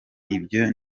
ibyo